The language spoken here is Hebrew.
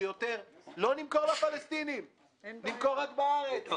שיותר לא נמכור לפלסטינים אלא נמכור רק בארץ.